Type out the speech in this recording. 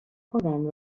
خودم